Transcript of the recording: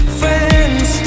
friends